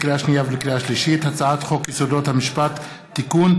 לקריאה שנייה ולקריאה שלישית: הצעת חוק יסודות המשפט (תיקון),